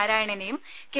നാരായണനേയും K